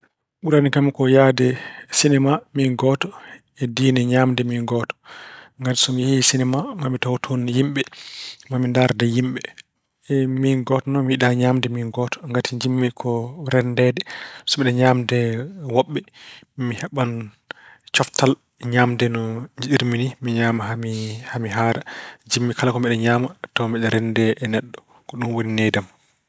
Ɓurani kam ko yahde sinemaa e diine ñaamde miin gooto. Ngati so mi yahi sinemaa maa mi taw toon yimɓe. Maa mi ndaarde yimɓe. Miin gooto noon, mi yiɗaa ñaamde min gooto ngati njiɗmi ko renndeede. So mbeɗe ñaamde wonɓe, mi heɓan coftal ñaamde no njiɗɗirmi. Mi ñaama haa mi haara. Njiɗmi kala ko mbeɗa ñaama tawa mbeɗa renndee e neɗɗo. Ko ɗum nehdi am.